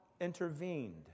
intervened